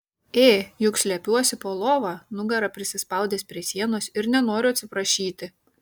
ė juk slepiuosi po lova nugara prisispaudęs prie sienos ir nenoriu atsiprašyti